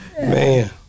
Man